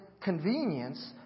convenience